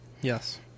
Yes